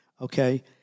okay